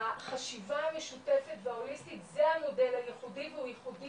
החשיבה המשותפת וההוליסטית זה המודל הייחודי והוא ייחודי